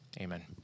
amen